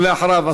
ולאחריו,